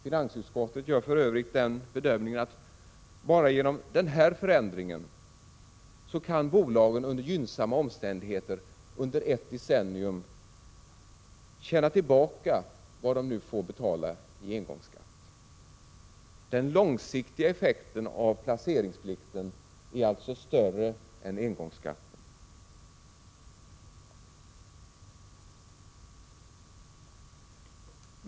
Finansutskottet gör för övrigt den bedömningen att bara genom den här förändringen kan bolagen under gynnsamma omständigheter under ett decennium tjäna tillbaka vad de nu får betala i engångsskatt. Den långsiktiga effekten av placeringsplikten är alltså större än engångsskatten.